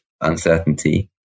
uncertainty